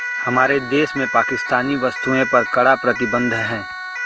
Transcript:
हमारे देश में पाकिस्तानी वस्तुएं पर कड़ा प्रतिबंध हैं